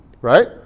right